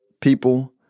people